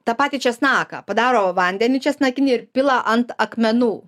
tą patį česnaką padaro vandenį česnakinį ir pila ant akmenų